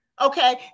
Okay